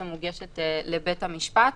שמוגשת לבית המשפט.